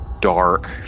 dark